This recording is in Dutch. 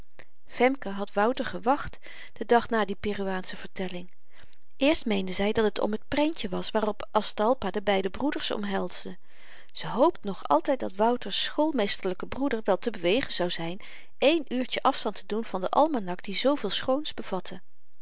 femke had wouter gewacht den dag na die peruaansche vertelling eerst meende zy dat het om t prentje was waarop aztalpa de beide broeders omhelsde ze hoopte nog altyd dat wouter's schoolmeesterlyke broeder wel te bewegen zou zyn één uurtjen afstand te doen van den almanak die zooveel schoons bevatte